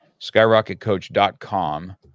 skyrocketcoach.com